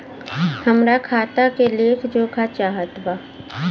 हमरा खाता के लेख जोखा चाहत बा?